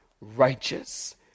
righteous